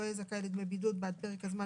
לא יהיה זכאי לדמי בידוד בעד פרק הזמן